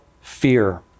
fear